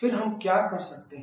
फिर हम क्या कर सकते हैं